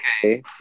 okay